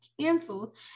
canceled